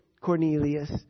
Cornelius